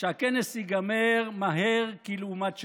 שהכנס ייגמר כלעומת שבא.